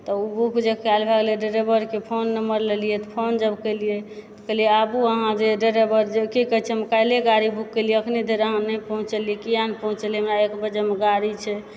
तऽ उ बुक जे कयल भऽ गेलय तऽ ड्राइवरके फोन नंबर लेलियइ तऽ फोन जब कयलियै तऽ कहलियइ आबु अहाँ जे ड्राइवर जे कि कहय छै हम काल्हिये गाड़ी बुक कयलियइ एखनि धरि अहाँ नहि पहुँचलियइ किएक नहि पहुँचलियइ हमरा एक बजेमे गाड़ी छै